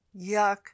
yuck